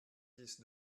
dix